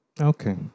Okay